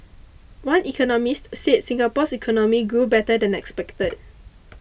one economist said Singapore's economy grew better than expected